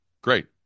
great